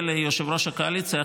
וליושב-ראש הקואליציה,